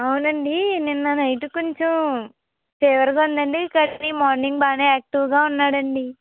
అవును అండి నిన్న నైట్ కొంచెం ఫీవర్గా ఉందండి కానీ మార్నింగ్ బాగానే యాక్టివ్గా ఉన్నాడు అండి